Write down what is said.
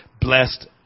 blessed